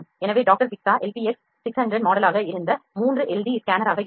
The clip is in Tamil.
எனவே டாக்டர் பிக்ஸா LPX 600 மாடலாக இருந்த 3 டD ஸ்கேனராக இருக்கும்